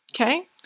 Okay